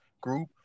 group